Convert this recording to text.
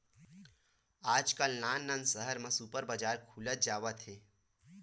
आजकाल नान नान सहर मन म सुपर बजार खुलत जावत हे